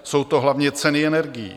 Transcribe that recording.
Jsou to hlavně ceny energií.